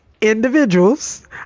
individuals